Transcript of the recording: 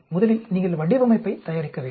முதலில் நீங்கள் வடிவமைப்பைத் தயாரிக்க வேண்டும்